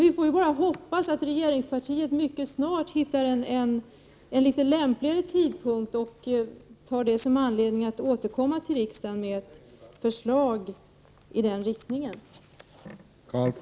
Vi får bara hoppas att regeringspartiet snart hittar en litet lämpligare tidpunkt och tar det som anledning att återkomma till riksdagen med ett förslag i den riktning vi önskar.